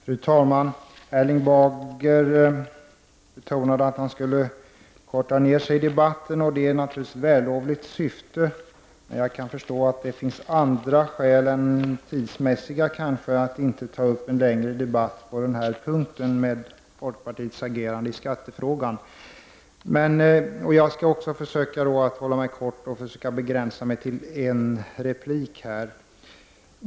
Fru talman! Erling Bager betonade att han skulle korta ned sitt anförande i debatten, och det är naturligtvis vällovligt. Jag kan förstå att det kanske finns andra skäl än tidsmässiga att inte ta upp en längre debatt när det gäller folkpartiets agerande i skattefrågan. Även jag skall försöka vara kortfattad och begränsa mig till en replik.